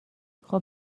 خوب